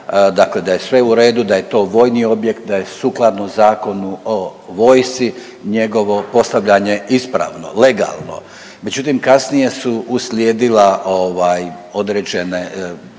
dakle da je sve u redu, da je to vojni objekt, da je sukladno Zakonu o vojsci njegovo postavljanje ispravno, legalno. Međutim, kasnije su uslijedila određene